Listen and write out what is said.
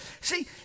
See